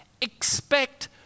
expect